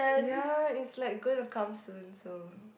ya it's like going to come soon so